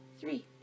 Three